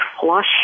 flush